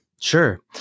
Sure